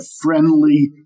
friendly